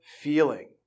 feeling